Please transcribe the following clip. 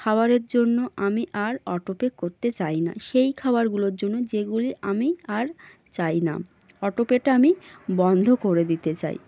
খাবারের জন্য আমি আর অটো পে করতে চাই না সেই খাবারগুলোর জন্য যেগুলি আমি আর চাই না অটো পেটা আমি বন্ধ করে দিতে চাই